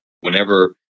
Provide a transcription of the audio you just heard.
whenever